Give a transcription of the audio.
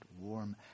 warm